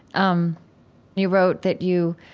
um you wrote that you,